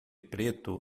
preto